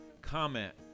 comment